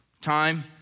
time